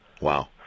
Wow